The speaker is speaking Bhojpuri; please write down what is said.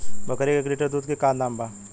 बकरी के एक लीटर दूध के का दाम बा?